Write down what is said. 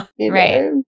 Right